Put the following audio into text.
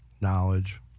knowledge